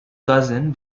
cousin